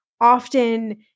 often